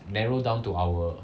narrow down to our